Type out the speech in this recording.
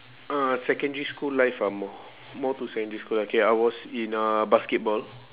uh secondary school life ah more more to secondary school lah K I was in uh basketball